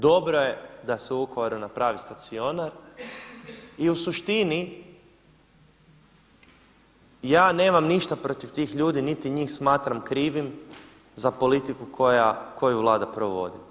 Dobro je da se u Vukovaru napravi stacionar i u suštini ja nemam ništa protiv tih ljudi niti njih smatram krivim za politiku koju Vlada provodi.